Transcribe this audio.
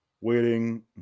Waiting